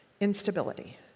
Instability